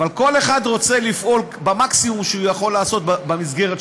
אבל כל אחד רוצה לפעול במקסימום שהוא יכול במסגרת שלו,